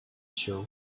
show